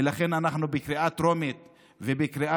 ולכן אנחנו אמרנו בקריאה טרומית ובקריאה